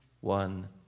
one